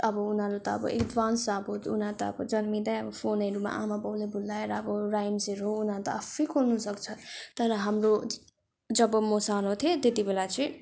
अब उनाहरू त अब एड्भान्स अब उनीहरू त अब जन्मिँदै अब फोनहरूमा आमाबाउले भुलाएर अब राइम्सहरू उनीहरू त अब आफै खोल्नुसक्छ तर हाम्रो जब म सानो थिएँ त्यति बेला चाहिँ